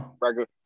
regular